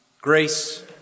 Grace